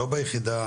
לא ביחידת